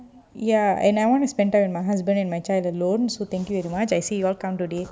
ya and I want to spend time with my husband and my child alone so thank you you too much I say you all come to this